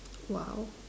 !wow!